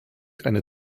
eine